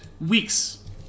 weeks